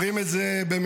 אומרים את זה במילים,